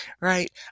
Right